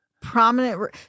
prominent